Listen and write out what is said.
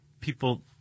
people